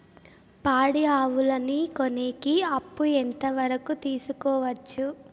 పాడి ఆవులని కొనేకి అప్పు ఎంత వరకు తీసుకోవచ్చు?